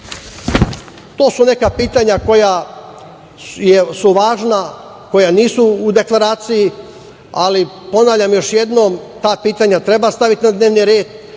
su neka pitanja koja su važna, koja nisu u deklaraciji, ali ponavljam još jednom – ta pitanja treba staviti na dnevni red,